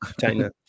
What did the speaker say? China